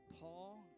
Paul